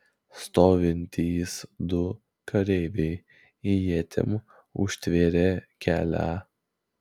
stovintys du kareiviai ietim užtvėrė kelią